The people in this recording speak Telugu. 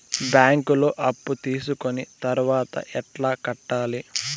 బ్యాంకులో అప్పు తీసుకొని తర్వాత ఎట్లా కట్టాలి?